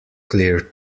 clear